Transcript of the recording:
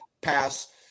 pass